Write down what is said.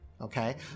okay